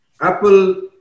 Apple